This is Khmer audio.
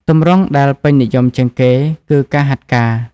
ទម្រង់ដែលពេញនិយមជាងគេគឺ ការហាត់ការ។